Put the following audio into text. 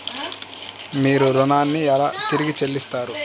మీరు ఋణాన్ని ఎలా తిరిగి చెల్లిస్తారు?